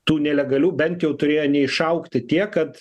tų nelegalių bent jau turėjo neišaugti tiek kad